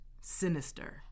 sinister